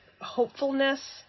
hopefulness